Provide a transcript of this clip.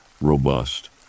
robust